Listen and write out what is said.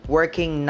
Working